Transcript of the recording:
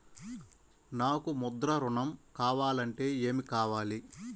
నాకు ముద్ర ఋణం కావాలంటే ఏమి కావాలి?